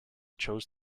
chose